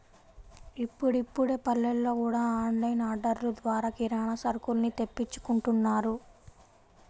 ఇప్పుడిప్పుడే పల్లెల్లో గూడా ఆన్ లైన్ ఆర్డర్లు ద్వారా కిరానా సరుకుల్ని తెప్పించుకుంటున్నారు